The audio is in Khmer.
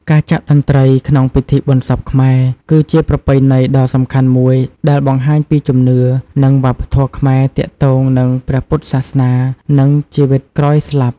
ការចាក់តន្ត្រីក្នុងពិធីបុណ្យសពខ្មែរ គឺជាប្រពៃណីដ៏សំខាន់មួយ ដែលបង្ហាញពីជំនឿ និងវប្បធម៌ខ្មែរទាក់ទងនឹងព្រះពុទ្ធសាសនា និងជីវិតក្រោយស្លាប់។